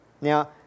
Now